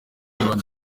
rwanda